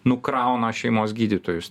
nukrauna šeimos gydytojus